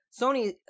Sony